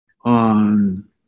on